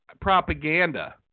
propaganda